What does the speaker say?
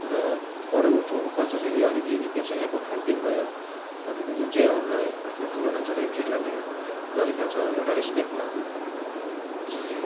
र अरू ठाउँको कलचर हेरी अलिक युनिक नै छ यहाँको खानपिन भयो तपाईँको जुन चाहिँ अरूलाई आफ्नो ठुलो मान्छेलाई ट्रिट गर्ने तरिका छ एउटा रेसपेक्टमा हस्